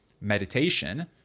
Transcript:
meditation